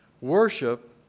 Worship